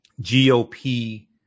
gop